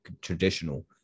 traditional